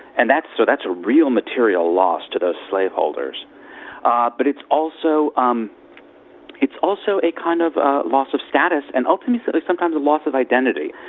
and that's so that's a real material loss to those slaveholders ah but it's also um it's also a kind of a loss of status, and ultimately sort of sometimes loss of identity.